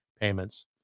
payments